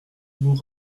vous